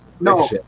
No